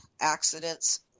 Accidents